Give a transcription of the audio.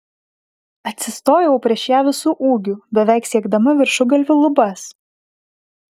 atsistojau prieš ją visu ūgiu beveik siekdama viršugalviu lubas